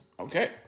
Okay